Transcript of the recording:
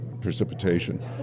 precipitation